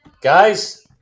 guys